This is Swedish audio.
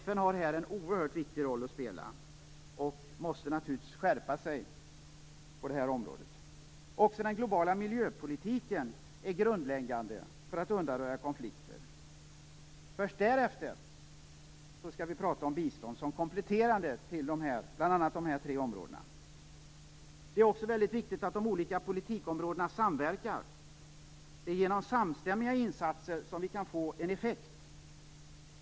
FN har här en oerhört viktig roll att spela och måste naturligtvis skärpa sig på det här området. Också den globala miljöpolitiken är grundläggande för att undanröja konflikter. Först därefter skall vi tala om bistånd som komplement till bl.a. de tre nämnda områdena. Det är också väldigt viktigt att de olika politikområdena samverkar, för det är genom samstämmiga insatser som vi kan få en effekt.